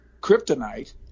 kryptonite